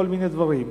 כל מיני דברים.